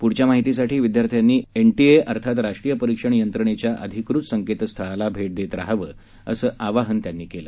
पुढच्या माहितीसाठी विद्यार्थ्यांनी एनटीए अर्थात राष्ट्रीय परिक्षण यंत्रणेच्या अधिकृत संकेतस्थळाला भेट देत रहावं असं त्यांनी सांगितलं